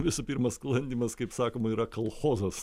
visų pirma sklandymas kaip sakoma yra kalchozas